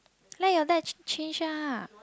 let your dad ch~ change ah